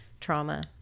trauma